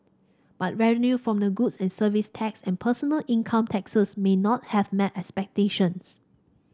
but revenue from the goods and Services Tax and personal income taxes may not have met expectations